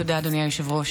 תודה, אדוני היושב-ראש.